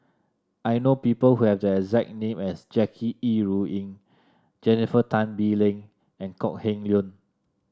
I know people who have the exact name as Jackie Yi Ru Ying Jennifer Tan Bee Leng and Kok Heng Leun